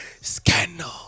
scandal